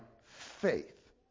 faith